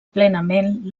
plenament